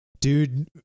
Dude